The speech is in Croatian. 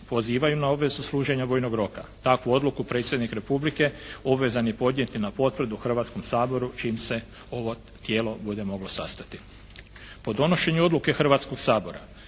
pozivaju na obvezu služenja vojnog roka. Takvu odluku Predsjednik Republike obvezan je podnijeti na potvrdu Hrvatskom saboru čim se ovo tijelo bude moglo sastati. Po donošenju odluke Hrvatskoga sabora